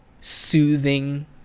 soothing